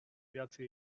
idatzi